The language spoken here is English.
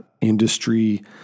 industry